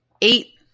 eight